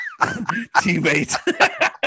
teammate